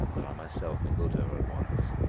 that i myself may go to her at once.